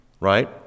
right